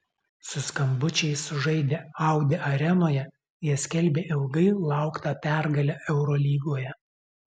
su skambučiais sužaidę audi arenoje jie skelbė ilgai lauktą pergalę eurolygoje